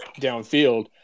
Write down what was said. downfield